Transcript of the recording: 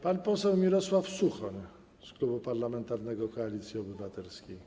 Pan poseł Mirosław Suchoń z klubu parlamentarnego Koalicji Obywatelskiej.